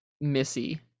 missy